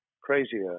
crazier